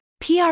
PR